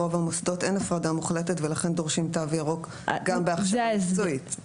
ברוב המוסדות אין הפרדה מוחלטת ולכן דורשים תו ירוק גם בהכשרה מקצועית.